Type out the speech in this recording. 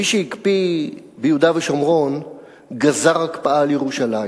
מי שהקפיא ביהודה ושומרון גזר הקפאה על ירושלים.